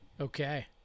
Okay